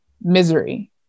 misery